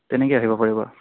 তেনেকে আহিব পাৰিব